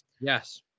Yes